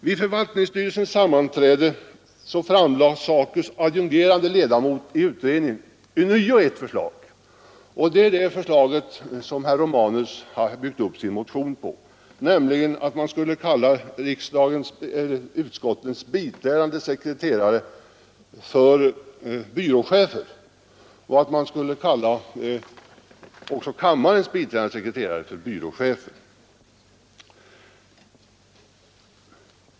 Vid förvaltningsstyrelsens sammanträde framlade SACO:s adjungerade ledamot av styrelsen ånyo ett förslag, det som herr Romanus har byggt upp sin motion på, nämligen att man skulle kalla såväl utskottens som kammarens biträdande sekreterare för byråchefer.